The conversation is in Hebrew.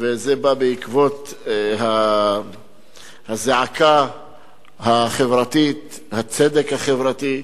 וזה בא בעקבות הזעקה החברתית, הצדק החברתי,